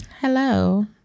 hello